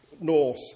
North